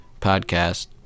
podcast